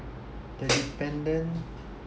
the dependent